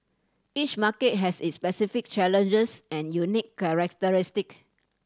each market has its specific challenges and unique characteristic